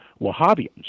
Wahhabians